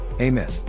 Amen